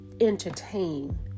Entertain